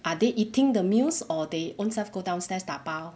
are they eating the meals or they own self go downstairs 打包